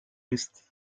restés